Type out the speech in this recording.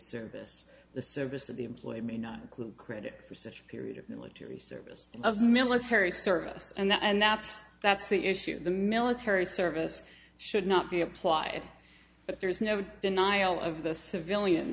service the service of the employee may not include credit for such a period of military service of military service and that's that's the issue the military service should not be applied but there is no denial of the civilian